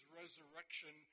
resurrection